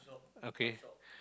okay